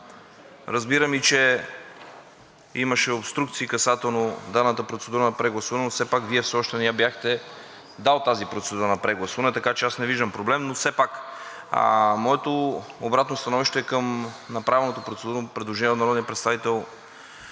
Разбирам и че имаше обструкции касателно дадената процедура на прегласуване, но все пак Вие все още не я бяхте дал тази процедура на прегласуване, така че аз не виждам проблем. Все пак моето обратно становище е към направеното процедурно предложение от народния представител